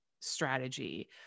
strategy